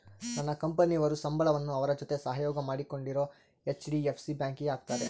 ನನ್ನ ಕಂಪನಿಯವರು ಸಂಬಳವನ್ನ ಅವರ ಜೊತೆ ಸಹಯೋಗ ಮಾಡಿಕೊಂಡಿರೊ ಹೆಚ್.ಡಿ.ಎಫ್.ಸಿ ಬ್ಯಾಂಕಿಗೆ ಹಾಕ್ತಾರೆ